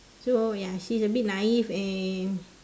so ya she's a bit naive and